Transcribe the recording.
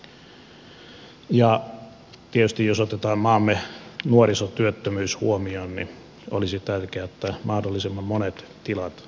ja tietysti jos otetaan maamme nuorisotyöttömyys huomioon niin olisi tärkeää että mahdollisimman monet tilat voisivat jatkaa